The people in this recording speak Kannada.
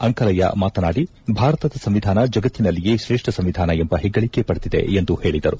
ಅಂಕಲಯ್ಕ ಮಾತನಾಡಿ ಭಾರತದ ಸಂವಿಧಾನ ಜಗತ್ತಿನಲ್ಲಿಯೇ ಶ್ರೇಷ್ಠ ಸಂವಿಧಾನ ಎಂಬ ಹೆಗ್ಗಳಕೆ ಪಡೆದಿದೆ ಎಂದು ಹೇಳಿದರು